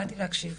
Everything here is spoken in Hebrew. באתי להקשיב.